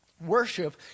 Worship